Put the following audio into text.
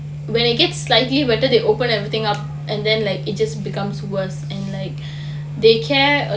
when it gets slightly better they opened everything up and then like it just becomes worse and like they care